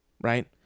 right